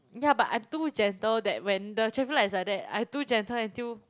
ya but I'm too gentle that when the traffic light is like that I too gentle until